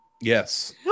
Yes